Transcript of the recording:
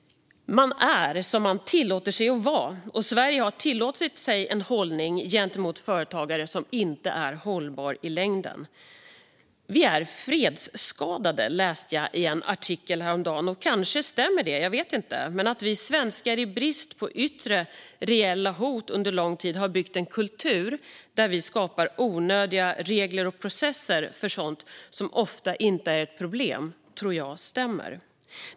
Man är som man tillåter sig att vara, och Sverige har tillåtit sig en hållning gentemot företagare som inte är hållbar i längden. Vi är fredsskadade, läste jag i en artikel häromdagen. Kanske stämmer det - jag vet inte. Men att vi svenskar i brist på yttre reella hot under lång tid har byggt en kultur där vi skapar onödiga regler och processer för sådant som ofta inte är problem tror jag stämmer.